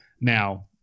now